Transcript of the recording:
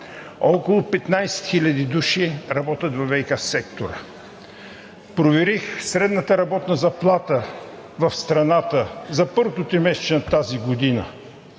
Около 15 хиляди души работят във ВиК сектора. Проверих средната работна заплата в страната за първото тримесечие на тази година.